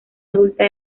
adulta